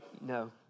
No